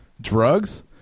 Drugs